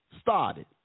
started